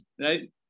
right